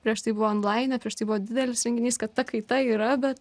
prieš tai buvo onlaine prieš tai buvo didelis renginys kad ta kaita yra bet